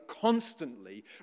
constantly